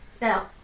now